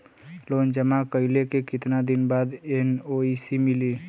Loan जमा कइले के कितना दिन बाद एन.ओ.सी मिली?